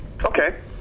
Okay